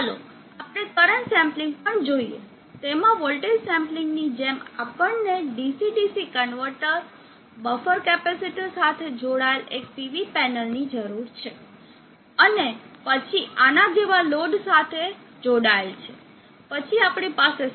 ચાલો આપણે current sampling પણ જોઈએ તેમાં વોલ્ટેજ સેમ્પલિંગની જેમ આપણને DC DC converter buffer capacitor સાથે જોડાયેલ એક PV પેનલની જરૂર છે અને પછી આના જેવા લોડ સાથે જોડાયેલ છે પછી આપણી પાસે સ્વીચ છે